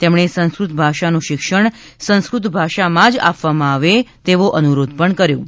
તેમણે સંસ્કૃત ભાષાનું શિક્ષણ સંસ્કૃત ભાષામાં જ આપવામાં આવે તેવો અનુરોધ પણ કર્યો હતો